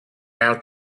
out